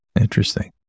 Interesting